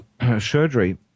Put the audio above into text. surgery